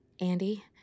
Andy